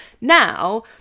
Now